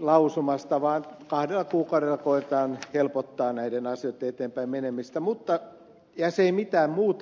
lausumasta vaan kahdella kuukaudella koetetaan helpottaa näiden asioitten eteenpäin menemistä ja se ei mitään muuta asiaa hidasta